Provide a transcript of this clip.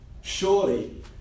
Surely